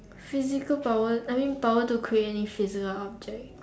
physical powers I mean power to create any physical object